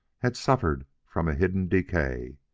had suffered from a hidden decay.